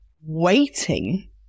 waiting